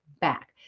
back